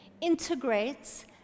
integrates